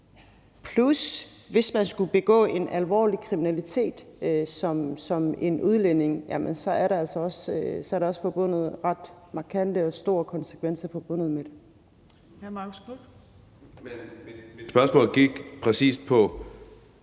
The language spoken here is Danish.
Og hvis man skulle begå alvorlig kriminalitet som udlænding, er det altså også forbundet med ret markante og store konsekvenser. Kl. 14:53 Tredje